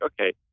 okay